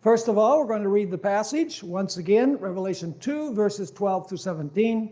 first of all we're going to read the passage once again. revelation two verses twelve to seventeen